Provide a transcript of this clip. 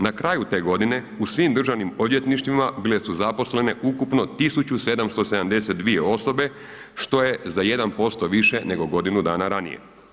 Na kraju te godine u svim državnim odvjetništvima bile su zaposlene ukupno 1.772 osobe što je za 1% više nego godinu dana ranije.